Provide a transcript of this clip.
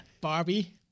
barbie